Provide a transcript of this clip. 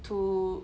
to